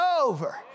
over